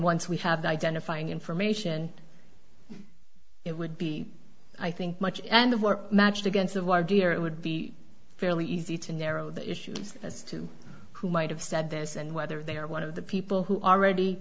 once we have the identifying information it would be i think much and the work matched against of our dear it would be fairly easy to narrow the issues as to who might have said this and whether they are one of the people who already